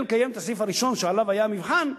לקיים את הסעיף הראשון שעליו היה המבחן,